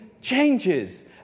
changes